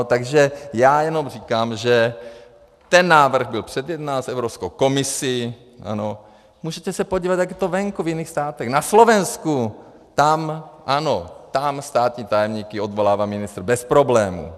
Takže já jenom říkám, že ten návrh byl předjednán s Evropskou komisí, ano, můžete se podívat, jak je to venku, v jiných státech, na Slovensku, ano, tam státní tajemníky odvolává ministr bez problémů.